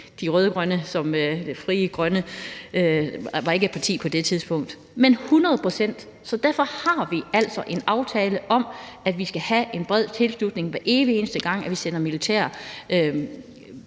partier, dog var Frie Grønne ikke et parti på det tidspunkt. Men hundrede procent. Så derfor har vi altså en aftale om, at vi skal have en bred tilslutning, hver evig eneste gang vi sender militære